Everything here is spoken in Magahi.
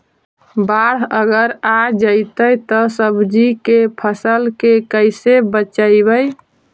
बाढ़ अगर आ जैतै त सब्जी के फ़सल के कैसे बचइबै?